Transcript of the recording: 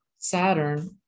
Saturn